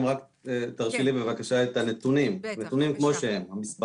רק תרשי לי את הנתונים המספריים כמו שהם.